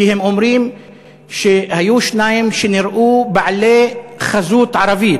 כי הם אומרים שהיו שניים שנראו בעלי חזות ערבית,